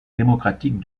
démocratique